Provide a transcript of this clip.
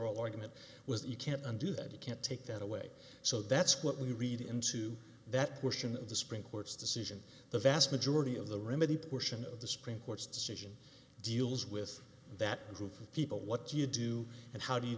oral argument was each can't undo that you can't take that away so that's what we read into that question the supreme court's decision the vast majority of the remedy portion of the supreme court's decision deals with that group of people what do you do and how do you